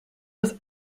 was